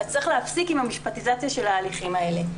צריך להפסיק עם המשפטיזציה של ההליכים האלה.